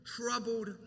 Troubled